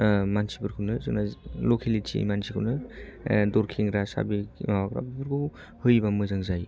मानसिफोरखौनो जोङो लकेलिटि मानसिखौनो दर खेंग्रा साबि माबाग्रा बेफोरखौ होयोबा मोजां जायो